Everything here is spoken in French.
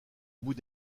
bout